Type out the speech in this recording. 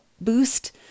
boost